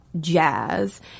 jazz